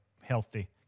healthy